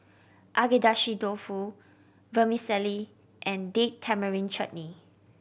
Agedashi Dofu Vermicelli and Date Tamarind Chutney